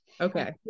okay